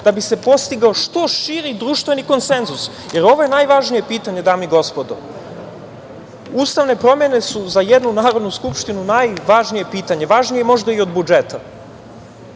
da bi se postigao što širi društveni konsenzus, jer ovo je najvažnije pitanje, dame i gospodo. Ustavne promene su za jednu Narodnu skupštinu najvažnije pitanje, važnije možda i od budžeta.